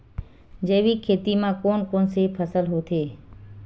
जैविक खेती म कोन कोन से फसल होथे?